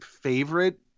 favorite